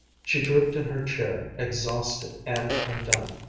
she drooped in her chair, exhausted and undone.